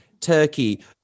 Turkey